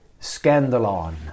scandalon